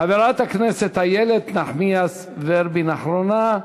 חברת הכנסת איילת נחמיאס ורבין אחרונה,